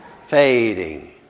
fading